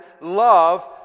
love